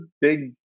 big